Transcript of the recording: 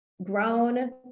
grown